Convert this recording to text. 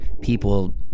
people